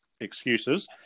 excuses